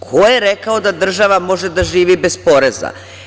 Ko je rekao da država može da živi bez poreza?